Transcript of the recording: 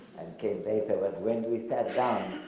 and came later, but when we sat down,